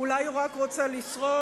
אולי הוא רק רוצה לשרוד?